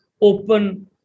open